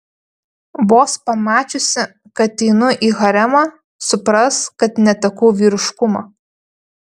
vos pamačiusi kad įeinu į haremą supras kad netekau vyriškumo